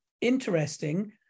interesting